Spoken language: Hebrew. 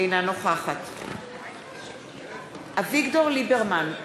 אינה נוכחת אביגדור ליברמן,